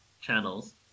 channels